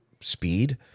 speed